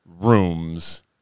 rooms